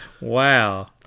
Wow